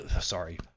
sorry